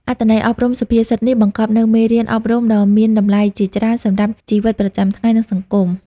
អត្ថន័យអប់រំសុភាសិតនេះបង្កប់នូវមេរៀនអប់រំដ៏មានតម្លៃជាច្រើនសម្រាប់ជីវិតប្រចាំថ្ងៃ និងសង្គម។